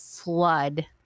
flood